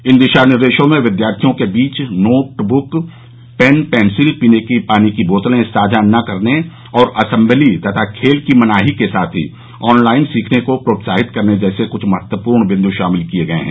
इन दिशानिर्देशों में विद्यार्थियों के बीच नोट ब्रक पेन पेंसिल पीने के पानी की बोतलें साझा नहीं करने और असेम्बली तथा खेल की मनाही के साथ ही ऑनलाइन सीखने को प्रोत्साहित करने जैसे क्छ महत्वपूर्ण बिंद् शामिल किए गए हैं